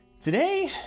Today